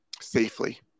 safely